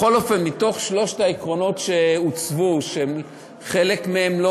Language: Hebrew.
בכל אופן, משלושת העקרונות שהוצבו, שחלק מהם,